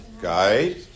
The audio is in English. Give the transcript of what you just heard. Guide